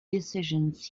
decisions